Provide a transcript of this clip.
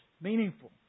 Meaningful